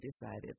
decided